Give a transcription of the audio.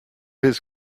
his